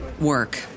work